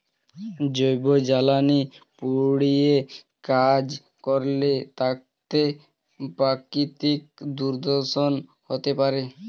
জৈব জ্বালানি পুড়িয়ে কাজ করলে তাতে প্রাকৃতিক দূষন হতে পারে